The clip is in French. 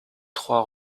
trois